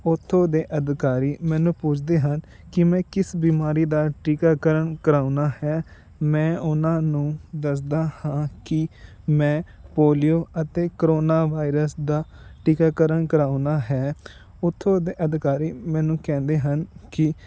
ਉੱਥੋਂ ਦੇ ਅਧਿਕਾਰੀ ਮੈਨੂੰ ਪੁੱਛਦੇ ਹਨ ਕਿ ਮੈਂ ਕਿਸ ਬਿਮਾਰੀ ਦਾ ਟੀਕਾਕਰਨ ਕਰਵਾਉਣਾ ਹੈ ਮੈਂ ਉਹਨਾਂ ਨੂੰ ਦੱਸਦਾ ਹਾਂ ਕਿ ਮੈਂ ਪੋਲੀਓ ਅਤੇ ਕਰੋਨਾ ਵਾਇਰਸ ਦਾ ਟੀਕਾਕਰਨ ਕਰਵਾਉਣਾ ਹੈ ਉੱਥੋਂ ਦੇ ਅਧਿਕਾਰੀ ਮੈਨੂੰ ਕਹਿੰਦੇ ਹਨ ਕਿ